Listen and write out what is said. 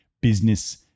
business